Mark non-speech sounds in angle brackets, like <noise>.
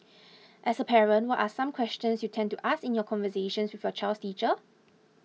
<noise> as a parent what are some questions you tend to ask in your conversations with your child's teacher